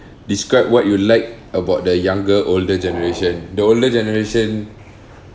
describe what you like about the younger older generation the older generation